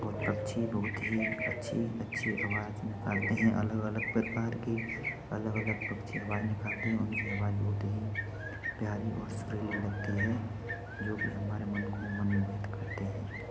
बहुत अच्छी बहुत ही अच्छी अच्छी आवाज़ निकालते हैं अलग अलग प्रकार के अलग अलग पक्षी आवाज़ निकालते हैं उनकी आवाज़ बहुत ही प्यारी और सुरीली लगती है जो कि हमारे मन को मनमोहित करते हैं